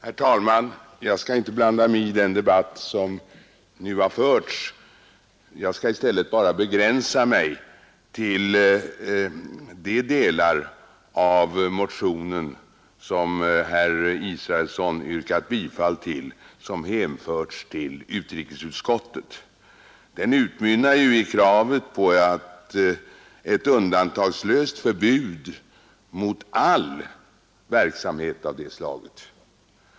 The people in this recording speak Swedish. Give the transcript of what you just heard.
Herr talman! Jag skall inte blanda mig i den debatt som nu förts. Jag skall i stället begränsa mig till de delar av motionen som herr Israelsson yrkat bifall till, vilka hänförts till utrikesutskottet. Motionen utmynnar i kravet på att undantagslöst förbjuda all verksamhet av det aktuella slaget.